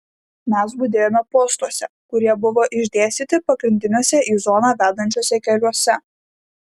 mes budėjome postuose kurie buvo išdėstyti pagrindiniuose į zoną vedančiuose keliuose